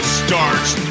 starts